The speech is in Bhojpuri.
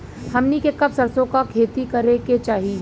हमनी के कब सरसो क खेती करे के चाही?